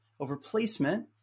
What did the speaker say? overplacement